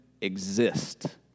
exist